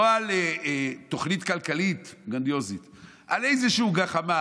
לא על תוכנית כלכלית גרנדיוזית אלא על איזושהי גחמה,